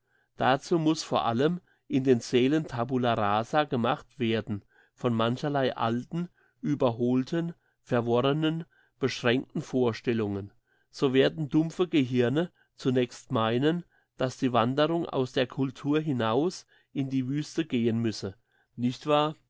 dazu muss vor allem in den seelen tabula rasa gemacht werden von mancherlei alten überholten verworrenen beschränkten vorstellungen so werden dumpfe gehirne zunächst meinen dass die wanderung aus der cultur hinaus in die wüste gehen müsse nicht wahr